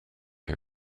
her